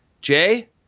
Jay